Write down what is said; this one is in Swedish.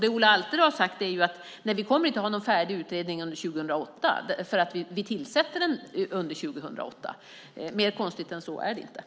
Det Ola Alterå har sagt är att vi inte kommer att ha någon färdig utredning under 2008, eftersom vi tillsätter den under 2008. Konstigare än så är det inte.